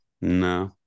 no